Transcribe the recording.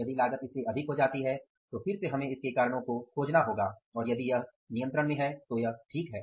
यदि लागत इससे अधिक हो जाती है तो फिर से हमें इसके कारणों को खोजना होगा और यदि यह नियंत्रण में है तो यह ठीक है